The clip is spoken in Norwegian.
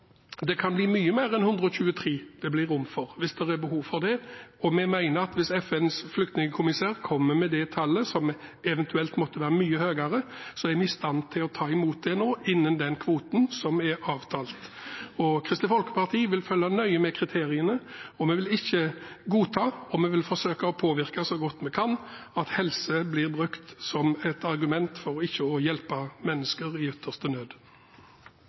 det kan bli mye mer enn 123 det blir rom for, hvis det er behov for det. Vi mener at hvis FNs flyktningkommissær kommer med et tall som eventuelt måtte være mye høyere, er vi i stand til å ta imot det nå, innenfor den kvoten som er avtalt. Kristelig Folkeparti vil følge nøye med på kriteriene, og vi vil ikke godta, men vil forsøke å påvirke så godt vi kan, at helse blir brukt som et argument for ikke å hjelpe mennesker i ytterste nød.